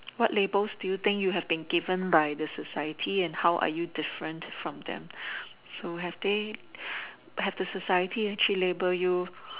what labels do you think you have been given by the society and how are you different from them so have they have the society actually label you